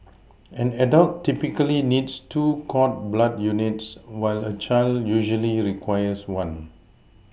an adult typically needs two cord blood units while a child usually requires one